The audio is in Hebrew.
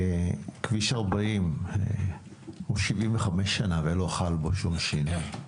כביש 40 הוא 75 שנה, ולא חל בו שום שינוי.